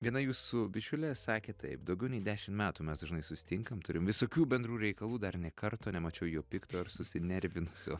viena jūsų bičiulė sakė taip daugiau nei dešim metų mes dažnai susitinkam turim visokių bendrų reikalų dar nei karto nemačiau jo pikto ir susinervinusio